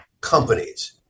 companies